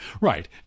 Right